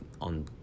on